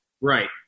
Right